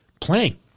playing